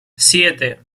siete